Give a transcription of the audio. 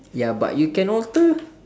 ya but you can alter